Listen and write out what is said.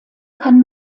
kann